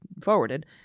forwarded